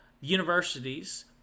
universities